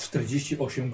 48